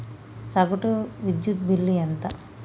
సగటు విద్యుత్ బిల్లు ఎంత?